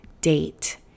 date